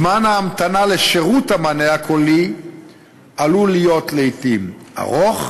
זמן ההמתנה לשירות המענה הקולי עלול להיות ארוך.